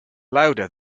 louder